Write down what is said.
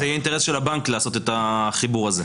זה אינטרס של הבנק לעשות את החיבור הזה.